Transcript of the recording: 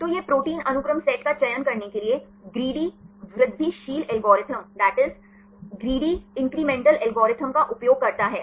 तो यह प्रोटीन अनुक्रम सेट का चयन करने के लिए ग्रीडी वृद्धिशील एल्गोरिथ्म का उपयोग करता है